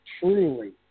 truly